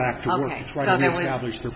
back to